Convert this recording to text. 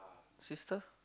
sister